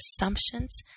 assumptions